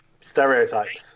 stereotypes